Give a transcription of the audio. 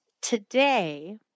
today